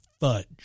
Fudge